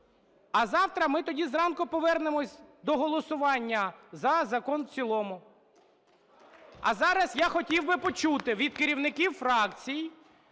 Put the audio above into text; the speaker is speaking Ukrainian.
А завтра ми тоді зранку повернемось до голосування за закон в цілому. А зараз я хотів би почути від керівників фракцій